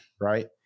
right